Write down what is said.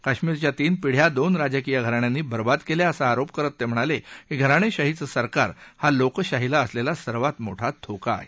कश्मीरच्या तीन पिढया दोन राजकीय घराण्यांनी बरबाद केल्या असा आरोप करत ते म्हणाले की घराणेशाहीचं सरकार हा लोकशाहीला असलेला सर्वात मोठा धोका आहे